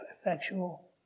effectual